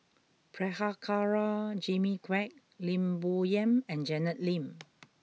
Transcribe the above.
Prabhakara Jimmy Quek Lim Bo Yam and Janet Lim